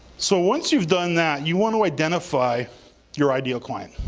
so once you've done that, you want to identify your ideal client.